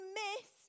miss